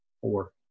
Four